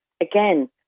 Again